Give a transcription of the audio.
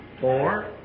four